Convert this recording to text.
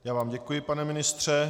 Já vám děkuji, pane ministře.